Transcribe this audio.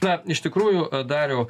na iš tikrųjų dariau